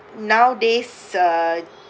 nowadays uh